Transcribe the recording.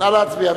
נא להצביע.